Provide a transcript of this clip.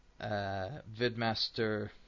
Vidmaster